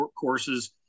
courses